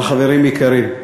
אבל, חברים יקרים,